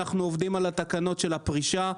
אנחנו עובדים על התקנות של הפרישה,